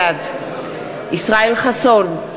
בעד ישראל חסון,